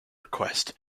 request